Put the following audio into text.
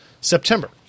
September